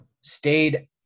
stayed